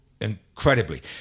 incredibly